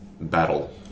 battle